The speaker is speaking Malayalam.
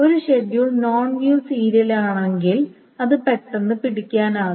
ഒരു ഷെഡ്യൂൾ നോൺ വ്യൂ സീരിയൽ ആണെങ്കിൽ അത് പെട്ടെന്ന് പിടിക്കാനാകും